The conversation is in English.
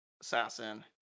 assassin